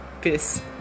Peace